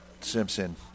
Simpson